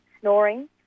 snoring